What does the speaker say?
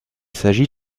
s’agit